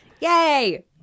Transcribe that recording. yay